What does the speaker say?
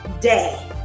day